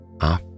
up